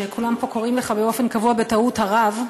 שכולם פה קוראים לך באופן קבוע בטעות "הרב"